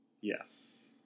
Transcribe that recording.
Yes